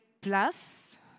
place